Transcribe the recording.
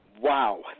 Wow